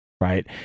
right